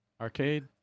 Arcade